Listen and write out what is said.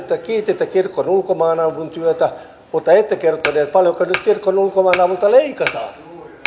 kiititte kirkon ulkomaanavun työtä mutta ette kertonut kuinka paljon nyt kirkon ulkomaanavulta leikataan